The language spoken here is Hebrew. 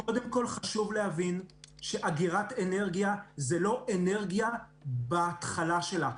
קודם כול חשוב להבין שאגירת אנרגיה זה לא תחום בהתחלה שלו,